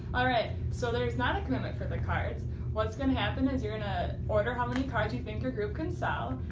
alright so there is not a commitment for the cards what's going to happen is you're going to order how many card you think your group can sell,